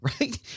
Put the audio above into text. Right